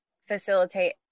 facilitate